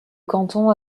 canton